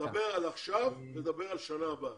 תדבר על עכשיו ותדבר על שנה הבאה.